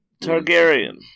Targaryen